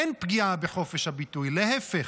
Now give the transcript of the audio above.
אין פגיעה בחופש הביטוי, להפך,